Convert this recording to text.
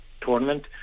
tournament